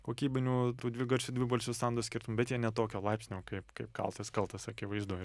kokybinių tų dvigarsių dvibalsių sando skirtumų bet jie ne tokio laipsnio kaip kaip kaltas kaltas akivaizdu ir